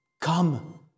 come